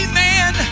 man